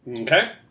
Okay